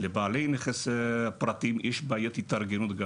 יש בעיה לבעלי נכס פרטיים שיש להם בעיית התארגנות.